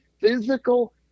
physical